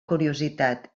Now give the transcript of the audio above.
curiositat